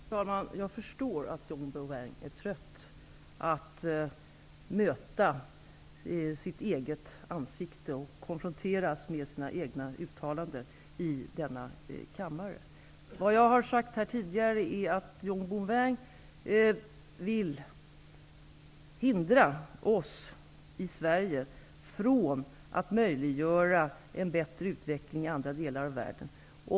Fru talman! Jag förstår att John Bouvin är trött på att möta sitt eget ansikte och att konfronteras med sina egna uttalanden i denna kammare. Vad jag har sagt här tidigare är att John Bouvin vill hindra oss i Sverige från att möjliggöra en bättre utveckling i andra delar av världen.